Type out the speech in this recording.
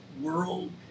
world